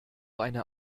eine